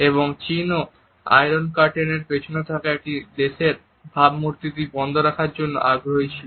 এবং চিনও iron curtain এর পেছনে থাকা একটি দেশের ভাবমূর্তিটি বন্ধ করার জন্য আগ্রহী ছিল